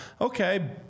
okay